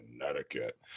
Connecticut